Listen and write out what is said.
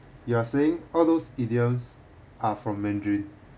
you are saying all those idioms are from mandarin